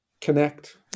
connect